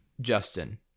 Justin